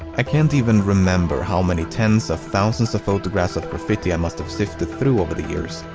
i can't even remember how many tens of thousands of photographs of graffiti i must have sifted through over the years,